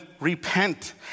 repent